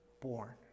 born